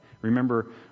Remember